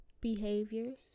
behaviors